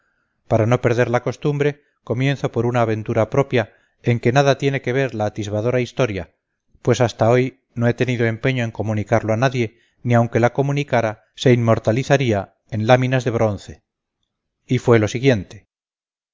para no perder la costumbre comienzo por una aventura propia en que nada tiene que ver la atisbadora historia pues hasta hoy no he tenido empeño en comunicarlo a nadie ni aunque la comunicara se inmortalizaría en láminas de bronce y fue lo siguiente